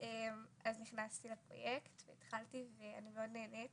אז נכנסתי לפרויקט והתחלתי ואני מאוד נהנית